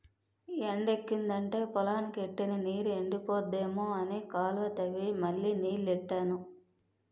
ఎండెక్కిదంటే పొలానికి ఎట్టిన నీరు ఎండిపోద్దేమో అని కాలువ తవ్వి మళ్ళీ నీల్లెట్టాను